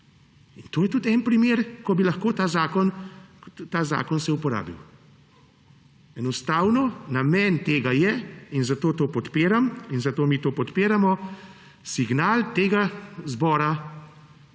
in to je tudi en primer, ko bi se lahko ta zakon uporabil. Enostavno, namen tega je, in zato to podpiram in zato mi to podpiramo, signal tega zbora